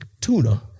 tuna